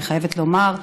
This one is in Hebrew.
אני חייבת לומר,